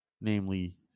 namely